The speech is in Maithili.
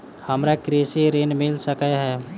हमरा कृषि ऋण मिल सकै है?